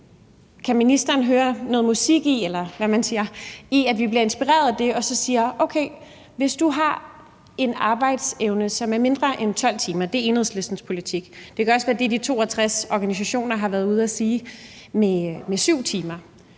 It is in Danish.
Kan ministeren høre noget musik, eller hvad man siger, i, at vi bliver inspireret af det og siger: Okay, hvis du har en arbejdsevne, som er mindre end 12 timer – det er Enhedslistens politik; det kan også være det, de 62 organisationer har været ude at sige med 7 timer